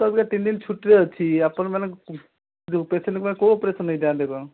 ମୁଁ ତ ଅବିକା ତିନଦିନ ଛୁଟିରେ ଅଛି ଆପଣମାନେ ଯେଉଁ ପେସେଣ୍ଟ୍ ମାନେ କେଉଁ ଅପେରସନ୍ ହେଇଥାନ୍ତେ କ'ଣ